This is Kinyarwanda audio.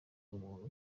umuntu